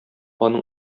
аның